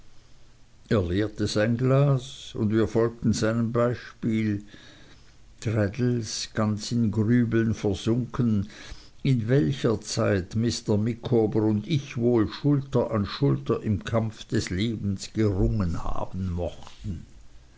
er leerte sein glas und wir folgten seinem beispiel traddles ganz in grübeln versunken in welcher zeit mr micawber und ich wohl schulter an schulter im kampf des lebens gerungen haben mochten